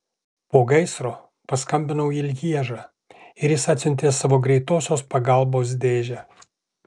po gaisro paskambinau į lježą ir jis atsiuntė savo greitosios pagalbos dėžę